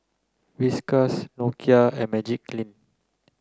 Whiskas Nokia and Magiclean